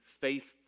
faithful